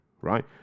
right